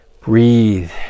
breathe